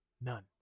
None